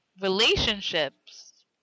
relationships